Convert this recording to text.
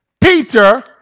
Peter